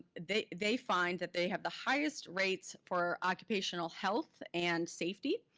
they they find that they have the highest rates for occupational health and safety,